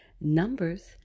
Numbers